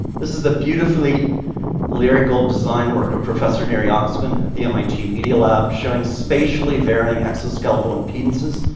this is the beautifully lyrical design work of professor neri oxman at the mit media lab, showing spatially varying exoskeletal impedances,